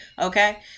okay